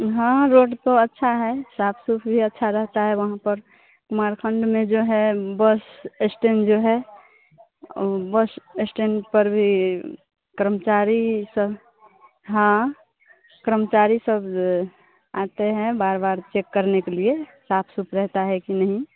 हाँ रोड तो अच्छा है साफ़ सफ़ाई भी अच्छी रहती है वहाँ पर कुमारखण्ड में जो है बस स्टैण्ड जो है बस स्टैण्ड पर भी कर्मचारी सब हाँ कर्मचारी सब आते हैं बार बार चेक करने के लिए साफ़ सफ़ाई रहती है कि नहीं